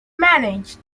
managed